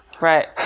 Right